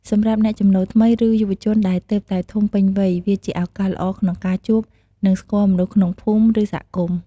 សម្រាប់អ្នកចំណូលថ្មី ឬយុវជនដែលទើបតែធំពេញវ័យ វាជាឱកាសល្អក្នុងការជួប និងស្គាល់មនុស្សក្នុងភូមិ ឬសហគមន៍។